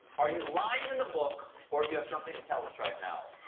are you like in the book or do you have something to tell us right now?